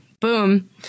Boom